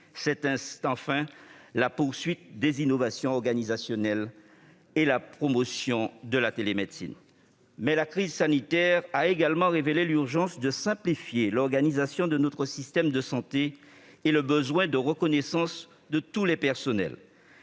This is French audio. C'est enfin la poursuite des innovations organisationnelles et la promotion de la télémédecine. Mais la crise sanitaire a également révélé l'urgence de simplifier l'organisation de notre système de santé et le besoin de reconnaissance de tous les professionnels.